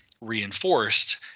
reinforced